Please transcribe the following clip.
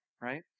right